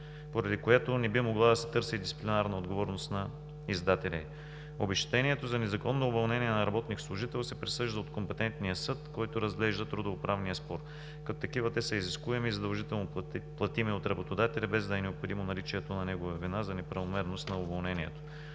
поради което не би могла да се търси и дисциплинарна отговорност на издателя й. Обезщетението за незаконно уволнение на работник или служител се присъжда от компетентния съд, който разглежда трудово-правния спор. Като такива те са изискуеми и задължително платими от работодателя, без да е необходимо наличието на негова вина за неправомерност на уволнението.